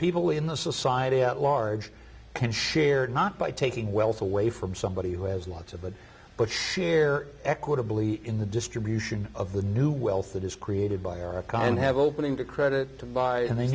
people in the society at large can share not by taking wealth away from somebody who has lots of it but share equitably in the distribution of the new wealth that is created by our kind have opening to credit to buy and the